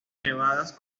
nevadas